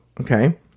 okay